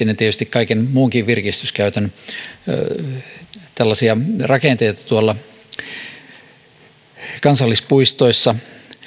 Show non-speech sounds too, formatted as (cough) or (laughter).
(unintelligible) ja tietysti kaiken muunkin virkistyskäytön rakenteita kansallispuistoissa